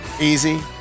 easy